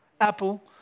apple